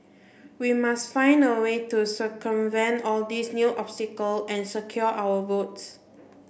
we must find a way to circumvent all these new obstacle and secure our votes